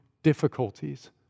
difficulties